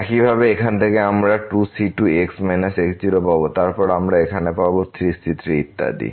একইভাবে এখান থেকে আমরা 2c2x x0 পাব তারপর আমরা এখানে পাব 3c3 ইত্যাদি